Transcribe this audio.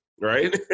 Right